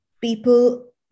people